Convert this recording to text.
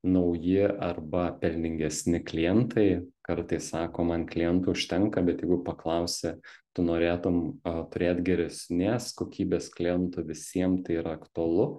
nauji arba pelningesni klientai kartais sako man klientų užtenka bet jeigu paklausi tu norėtum turėt geresnės kokybės klientų visiem tai yra aktualu